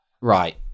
Right